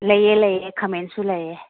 ꯂꯩꯌꯦ ꯂꯩꯌꯦ ꯈꯥꯃꯦꯟꯁꯨ ꯂꯩꯌꯦ